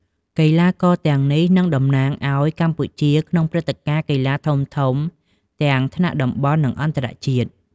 កីឡាករទាំងនេះនឹងតំណាងឱ្យកម្ពុជាក្នុងព្រឹត្តិការណ៍កីឡាធំៗ ទាំងថ្នាក់តំបន់ និងអន្តរជាតិ។